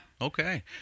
Okay